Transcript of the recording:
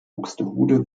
buxtehude